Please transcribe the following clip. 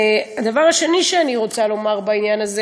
הדבר השני שאני רוצה לומר בעניין הזה